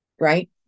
right